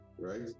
Right